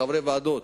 חברי הוועדות,